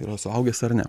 yra suaugęs ar ne